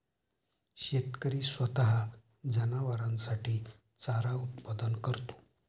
शेतकरी स्वतः जनावरांसाठी चारा उत्पादन करतो